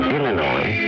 Illinois